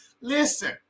Listen